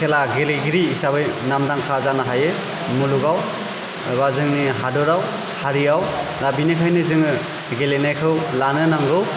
खेला गेलेगिरि हिसाबै नामदांखा जानो हायो मुलुगाव एबा जोंनि हादराव हारियाव दा बिनिखायनो जोङो गेलेनायखौ लानो नांगौ